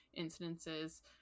incidences